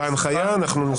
בהנחיה אנחנו נסכים.